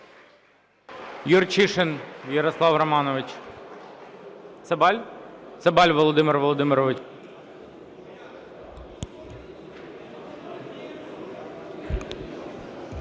Юрчишин Ярослав Романович. Цабаль Володимир Володимирович.